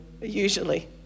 usually